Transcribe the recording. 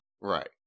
Right